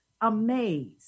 amazed